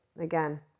Again